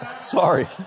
Sorry